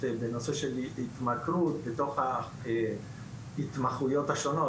בנושא של התמכרות בתוך ההתמחויות השונות.